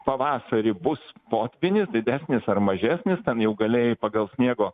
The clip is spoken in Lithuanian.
pavasarį bus potvynis didesnis ar mažesnis ten jau galėjai pagal sniego